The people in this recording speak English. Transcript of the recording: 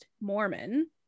Mormon